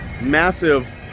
Massive